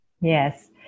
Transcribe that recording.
Yes